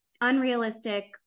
unrealistic